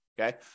Okay